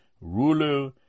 ruler